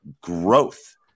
growth